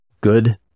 good